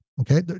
okay